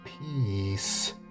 peace